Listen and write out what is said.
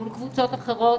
מול קבוצות אחרות,